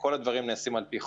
כל הדברים נעשים על פי חוק.